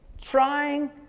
trying